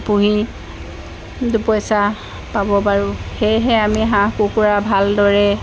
পুহি দুপইচা পাব পাৰোঁ সেয়েহে আমি হাঁহ কুকুৰা ভালদৰে